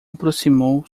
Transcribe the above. aproximou